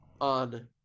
on